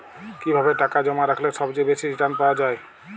কিভাবে টাকা জমা রাখলে সবচেয়ে বেশি রির্টান পাওয়া য়ায়?